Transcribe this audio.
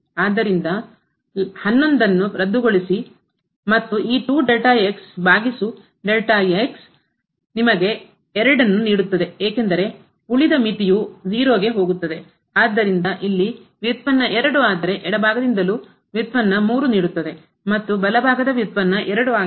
ಆದ್ದರಿಂದ 1 1 ನ್ನು ರದ್ದುಗೊಳಿಸಿ ಮತ್ತು ಈ ಭಾಗಿಸು ನಿಮಗೆ 2 ನ್ನು ನೀಡುತ್ತದೆ ಏಕೆಂದರೆ ಉಳಿದ ಮಿತಿಯು 0 ಗೆ ಹೋಗುತ್ತದೆ ಆದ್ದರಿಂದ ಇಲ್ಲಿ ಉತ್ಪನ್ನ 2 ಆದರೆ ಎಡಭಾಗದಿಂದಲೂ ವ್ಯುತ್ಪನ್ನ 3 ನೀಡುತ್ತದೆ ಮತ್ತು ಬಲಭಾಗದ ವ್ಯುತ್ಪನ್ನ 2 ಆಗಿದೆ